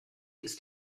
ist